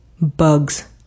bugs